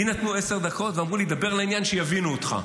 לי נתנו עשר דקות ואמרו לי: דבר לעניין שיבינו אותך.